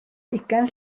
ugain